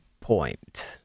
point